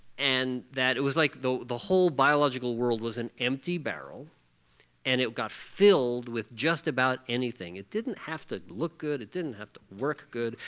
and that it was like the the whole biological world was an empty barrel and it got filled with just about anything. it didn't have to look good. it didn't have to work good.